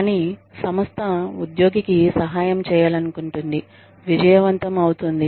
కానీ సంస్థ ఉద్యోగికి సహాయం చేయాలనుకుంటుంది విజయవంతం అవుతుంది